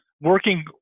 working